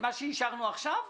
את מה שאישרנו עכשיו?